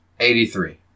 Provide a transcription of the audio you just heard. Eighty-three